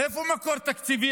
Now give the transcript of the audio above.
מאיזה מקור תקציבי,